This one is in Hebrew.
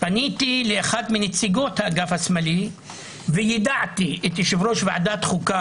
פניתי לאחת מנציגות האגף השמאלי ויידעתי את יו"ר ועדת החוקה,